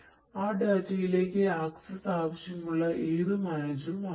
ആ ഡാറ്റയിലേക്ക് ആക്സസ് ആവശ്യമുള്ള ഏതു മാനേജരും ആകാം